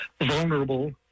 vulnerable